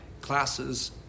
classes